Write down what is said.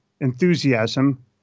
enthusiasm